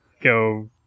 go